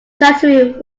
chattering